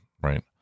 Right